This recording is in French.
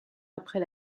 après